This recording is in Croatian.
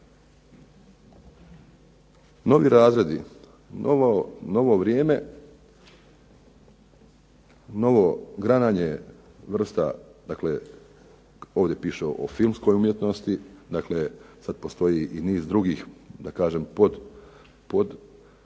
Novi razredi, novo vrijeme, novo grananje vrsta dakle ovdje piše o filmskoj umjetnosti. Dakle, sad postoji i niz drugih da